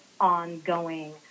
ongoing